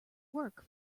work